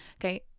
okay